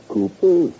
Cooper